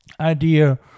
idea